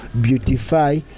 beautify